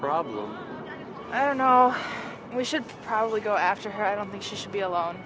problem i don't know how we should probably go after her i don't think she should be alone